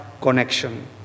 connection